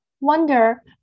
wonder